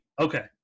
Okay